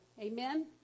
Amen